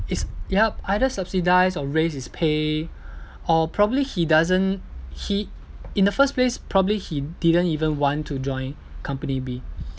it's yup either subsidise or raise his pay or probably he doesn't he in the first place probably he didn't even want to join company B